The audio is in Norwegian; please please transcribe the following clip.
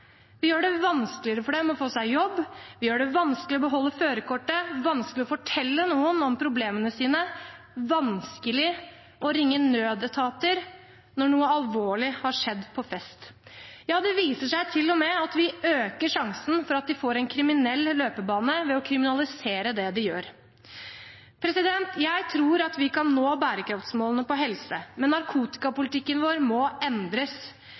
Vi gjør det vanskeligere for dem å få seg jobb. Vi gjør det vanskelig for dem å beholde førerkortet, vanskelig å fortelle noen om problemene sine, vanskelig å ringe nødetater når noe alvorlig har skjedd på fest. Ja, det viser seg til og med at vi øker sjansen for at de får en kriminell løpebane, ved å kriminalisere det de gjør. Jeg tror at vi kan nå bærekraftsmålene på helse, men narkotikapolitikken vår må endres.